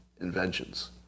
inventions